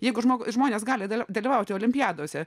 jeigu žmogui žmonės gali dalyvauti olimpiadose